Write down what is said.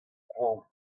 koan